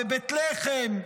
בבית לחם,